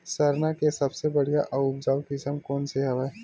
सरना के सबले बढ़िया आऊ उपजाऊ किसम कोन से हवय?